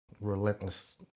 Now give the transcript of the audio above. relentless